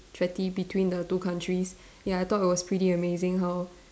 treaty between the two countries ya I thought it was pretty amazing how